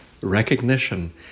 recognition